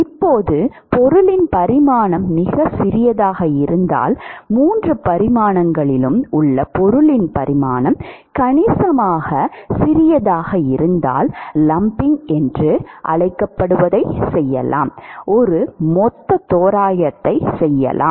இப்போது பொருளின் பரிமாணங்கள் மிகச் சிறியதாக இருந்தால் மூன்று பரிமாணங்களிலும் உள்ள பொருளின் பரிமாணங்கள் கணிசமாக சிறியதாக இருந்தால் லம்பிங் என்று அழைக்கப்படுவதைச் செய்யலாம் ஒரு மொத்த தோராயத்தை செய்யலாம்